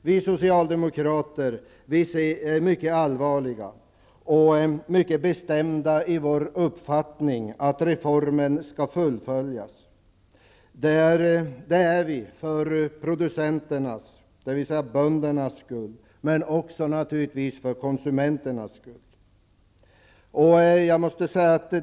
Vi socialdemokrater är bestämda i vår uppfattning att reformen skall fullföljas för producenternas, dvs. böndernas, skull, men också naturligtvis för konsumenternas skull.